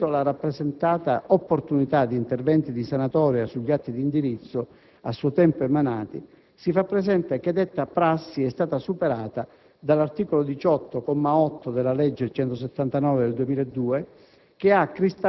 In merito alla rappresentata opportunità di interventi di sanatoria sugli atti d'indirizzo a suo tempo emanati, si fa presente che detta prassi è stata superata dall'articolo 18, comma 8, della legge n. 179 del 2002,